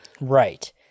right